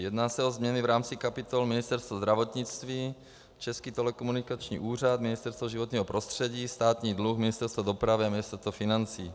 Jedná se o změny v rámci kapitol Ministerstva zdravotnictví, Český telekomunikační úřad, Ministerstvo životního prostředí, Státní dluh, Ministerstvo dopravy a Ministerstvo financí.